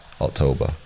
October